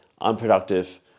unproductive